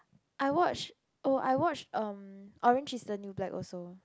I watch oh I watch oh orange is the new black also